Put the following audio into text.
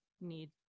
need